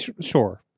Sure